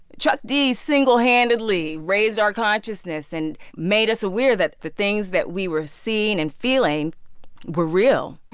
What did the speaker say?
chuck d singlehandedly raised our consciousness and made us aware that the things that we were seeing and feeling were real